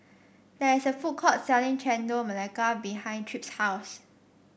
there is a food court selling Chendol Melaka behind Tripp's house